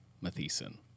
Matheson